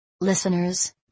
Listeners